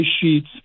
sheets